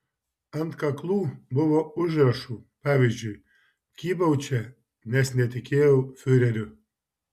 ant kaklų buvo užrašų pavyzdžiui kybau čia nes netikėjau fiureriu